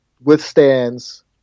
withstands